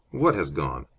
what has gone?